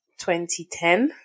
2010